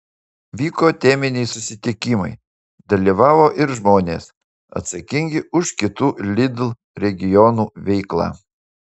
vyko teminiai susitikimai dalyvavo ir žmonės atsakingi už kitų lidl regionų veiklą